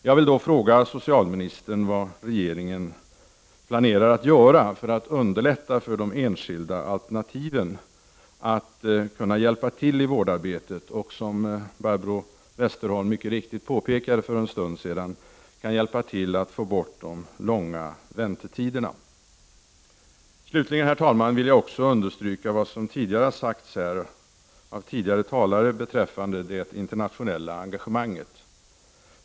Jag vill fråga socialministern vad regeringen planerar att göra för att underlätta för enskilda organisationer att hjälpa till i vårdarbetet. De kan, som Barbro Westerholm mycket riktigt påpekade, hjälpa till att få bort de långa väntetiderna. Herr talman! Slutligen vill jag understryka vad som tidigare har sagts här beträffande det internationella engangemanget.